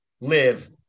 live